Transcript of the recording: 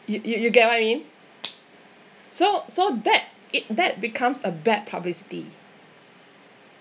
you you get what I mean so so that it that becomes a bad publicity